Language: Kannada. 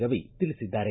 ರವಿ ತಿಳಿಸಿದ್ದಾರೆ